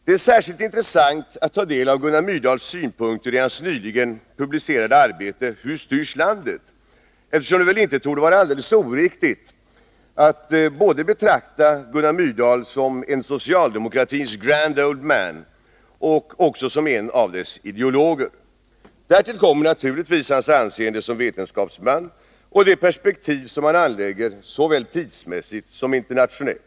Det är särskilt intressant att ta del av Gunnar Myrdals synpunkter i hans nyligen publicerade arbete Hur styrs landet, eftersom det väl inte torde vara oriktigt att betrakta honom både som en socialdemokratins ”grand old man” och som en av dess ideologer. Därtill kommer hans anseende som vetenskapsman och det perspektiv som han anlägger, såväl tidsmässigt som internationellt.